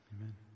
Amen